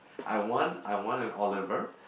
I want I want an Oliver